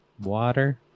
water